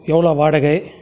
எவ்வளோ வாடகை